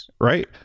right